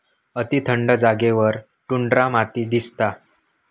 अती थंड जागेवर टुंड्रा माती दिसता